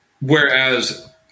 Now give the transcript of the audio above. Whereas